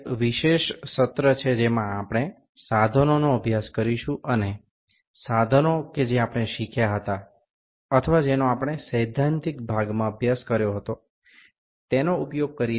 এটি একটি বিশেষ অধিবেশন যেখানে আমরা যন্ত্রপাতির সম্পর্কে পড়ব এবং যে সকল যন্ত্রপাতি গুলির সম্পর্কে তাত্ত্বিক ভাবে জেনেছি অথবা পড়েছি সেইগুলি ব্যবহার করে পরিমাপ নেব